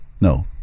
No